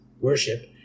worship